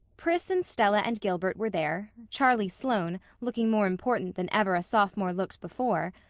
pris and stella and gilbert were there, charlie sloane, looking more important than ever a sophomore looked before,